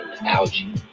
algae